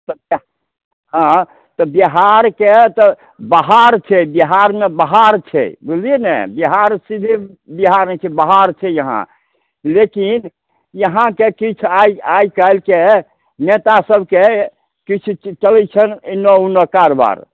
सबटा हँ तऽ बिहारके तऽ बहार छै बिहारमे बहार छै बुझलियै ने बिहार सीधे बिहार नहि छै बहार छै यहाँ लेकिन यहाँ के किछु आइ आइ काल्हिके नेता सब के किछु चलैत छनि एनऽ ओन्नऽ कारोबार